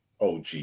OG